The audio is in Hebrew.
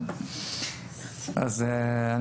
בבקשה.